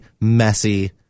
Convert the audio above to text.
messy